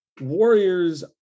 Warriors